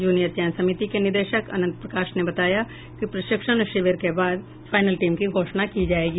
junior चयन समिति के निदेशक अनंत प्रकाश ने बताया कि प्रशिक्षण शिविर के बाद फाइनल टीम की घोषणा की जायेगी